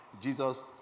Jesus